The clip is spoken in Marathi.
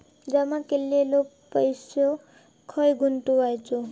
जमा केलेलो पैसो खय गुंतवायचो?